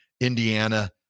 Indiana